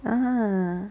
ah